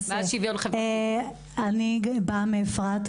אני באה מאפרת,